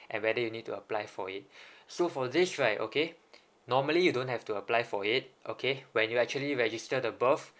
and whether you need to apply for it so for this right okay normally you don't have to apply for it okay when you actually register the birth